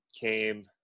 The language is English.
came